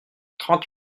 trente